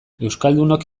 euskaldunok